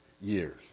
years